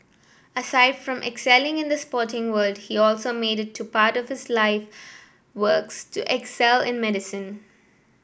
aside from excelling in the sporting world he also made it to part of his life works to excel in medicine